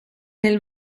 nel